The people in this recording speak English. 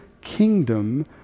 kingdom